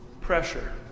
pressure